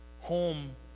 home